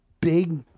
big